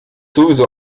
sowieso